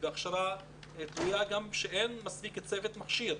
וההכשרה נגרמה כי אין מספיק צוות מכשיר.